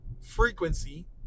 frequency